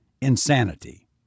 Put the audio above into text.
insanity